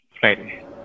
Friday